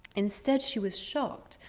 instead, she was shocked,